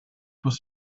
was